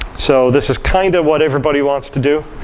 so this is kind of what everybody wants to do,